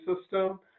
system